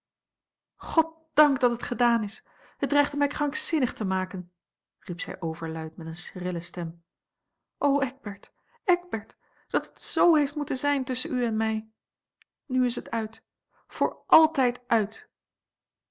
goddank dat het gedaan is het dreigde mij krankzinnig te maken riep zij overluid met eene schrille stem o eckbert eckbert dat het z heeft moeten zijn tusschen u en mij nu is het uit voor altijd uit